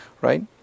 right